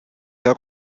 herr